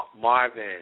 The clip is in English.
Marvin